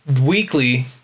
weekly